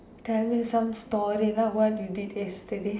ya what you did yesterday